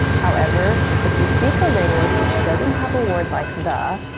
however, if you speak a language which doesn't have a word like the,